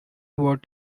worth